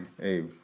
Hey